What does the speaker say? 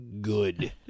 good